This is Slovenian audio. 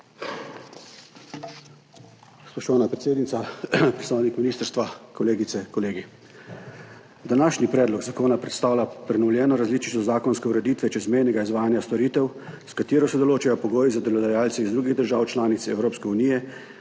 Spoštovana predsednica, predstavniki ministrstva, kolegice, kolegi! Današnji predlog zakona predstavlja prenovljeno različico zakonske ureditve čezmejnega izvajanja storitev, s katero se določajo pogoji za delodajalce iz drugih držav članic Evropske unije,